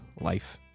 life